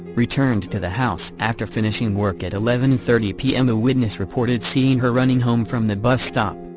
returned to the house after finishing work at eleven thirty p m. a witness reported seeing her running home from the bus stop,